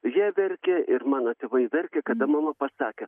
jie verkia ir mano tėvai verkia kada mama pasakė